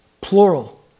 plural